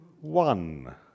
One